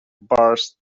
burst